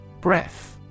Breath